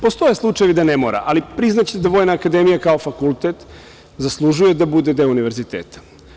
Postoje slučajevi gde ne mora, ali priznaćete da Vojna akademija kao fakultet zaslužuje da bude deo univerziteta.